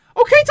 Okay